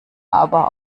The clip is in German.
aber